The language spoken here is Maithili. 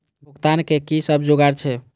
भुगतान के कि सब जुगार छे?